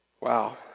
Wow